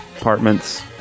apartments